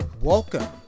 Welcome